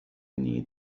need